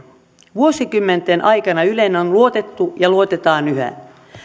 vuosikymmenten aikana yleen on luotettu ja luotetaan yhä